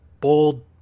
bold